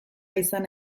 izan